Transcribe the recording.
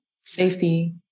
safety